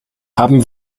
haben